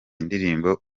ndirimbo